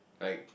like